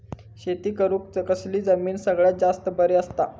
शेती करुक कसली जमीन सगळ्यात जास्त बरी असता?